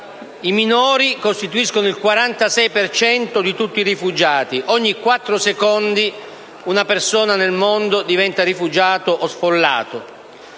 I minori costituiscono il 46 per cento di tutti i rifugiati. Ogni quattro secondi una persona nel mondo diventa rifugiato o sfollato.